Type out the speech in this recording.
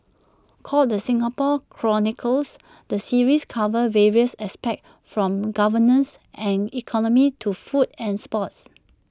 called the Singapore chronicles the series covers various aspects from governance and economy to food and sports